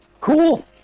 Cool